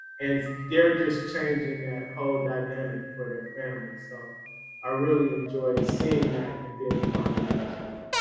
and they're just changing that whole dynamic for their family. so i really enjoy seeing that and being a part of that as well.